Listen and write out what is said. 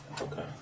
Okay